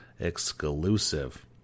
exclusive